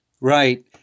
Right